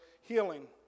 healing